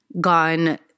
gone